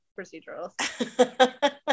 procedurals